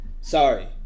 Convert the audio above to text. Sorry